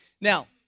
Now